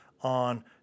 on